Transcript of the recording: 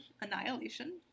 annihilation